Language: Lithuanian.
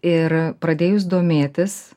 ir pradėjus domėtis